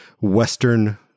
western